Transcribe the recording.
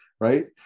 right